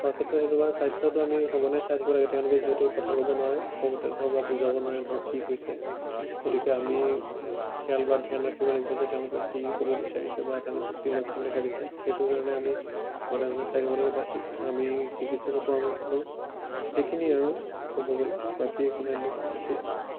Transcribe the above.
খোৱাৰ ক্ষেত্ৰত সেইটো বাৰু স্বাস্থ্যটো আমি সঘনে চাই থাকিব লাগে তেওঁলোকে যিহেতু কথা ক'ব নোৱাৰে সৰুতে ধৰক বা বুজাব নোৱাৰে ধৰক কি হৈছে গতিকে আমি খেয়াল বা ধ্যান ৰাখিব লাগিব যে তেওঁলোকে কি ক'ব বিচাৰিছে বা তেওঁলোকে কি লক্ষণ দেখা দিছে সেইটোৰ কাৰণে আমি ঘনে ঘনে চাই থাকিব লাগিব বা শি আমি চিকিৎসকৰ পৰামৰ্শ লওঁ সেইখিনিয়ে আৰু ক'ব গ'লে বাকী একো নাই তেনেকুৱা বিশেষ